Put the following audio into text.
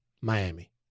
Miami